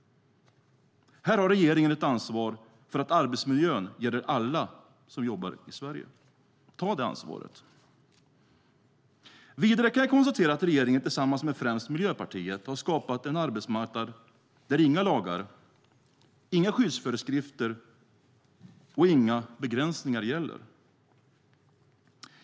Här har regeringen ett ansvar för att arbetsmiljön gäller alla som jobbar i Sverige. Ta det ansvaret! Vidare kan jag konstatera att regeringen tillsammans med främst Miljöpartiet har skapat en arbetsmarknad där inga lagar, inga skyddsföreskrifter och inga begränsningar gäller.